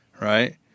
Right